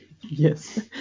Yes